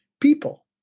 people